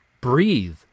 breathe